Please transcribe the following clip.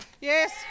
yes